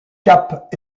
cap